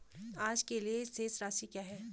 आज के लिए शेष राशि क्या है?